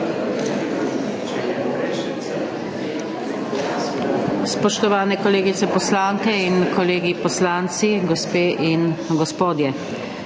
Spoštovane kolegice poslanke in kolegi poslanci, gospe in gospodje,